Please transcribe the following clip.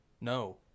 No